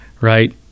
Right